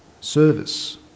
service